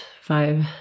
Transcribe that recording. five